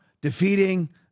defeating